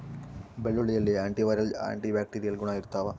ಬೆಳ್ಳುಳ್ಳಿಯಲ್ಲಿ anti viral anti bacterial ಗುಣ ಇರ್ತಾವ